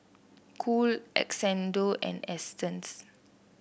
Cool Xndo and Astons